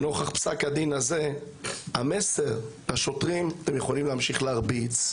שנוכח פסק הדין הזה המסר לשוטרים הוא שאתם יכולים להמשיך להרביץ,